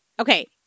Okay